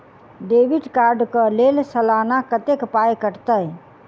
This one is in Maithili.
डेबिट कार्ड कऽ लेल सलाना कत्तेक पाई कटतै?